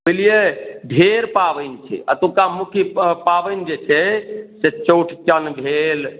बुझलियै ढेर पाबनि छै अतुका मुख्य पाबनि जे छै से चौठचन भेल